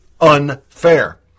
unfair